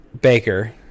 Baker